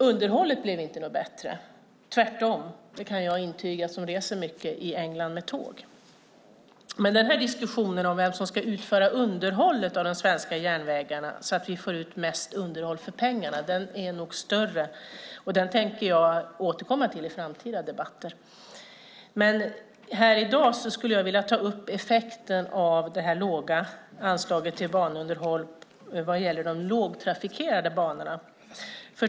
Underhållet blev inte bättre - tvärtom. Det kan jag intyga som reser mycket med tåg i England. Diskussionen om vem som ska utföra underhållet av de svenska järnvägarna så att vi får ut mest underhåll för pengarna är nog större, och den tänker jag återkomma till i framtida debatter. Här i dag skulle jag vilja ta upp effekten av det låga anslaget till banunderhåll vad gäller de lågtrafikerade banorna.